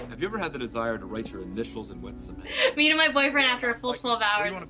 have you ever had the desire to write your initials in wet cement? me to my boyfriend after a full twelve hours